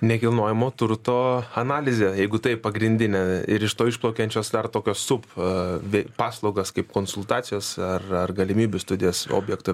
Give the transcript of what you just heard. nekilnojamo turto analize jeigu tai pagrindinė ir iš to išplaukiančio starto kas supa ve paslaugas kaip konsultacijos ar ar galimybių studijas objektų